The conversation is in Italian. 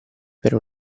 per